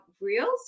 reels